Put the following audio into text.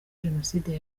jenoside